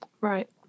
Right